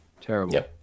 terrible